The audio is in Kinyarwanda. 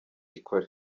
ikore